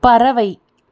பறவை